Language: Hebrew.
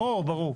ברור.